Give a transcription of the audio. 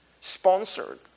sponsored